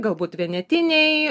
galbūt vienetiniai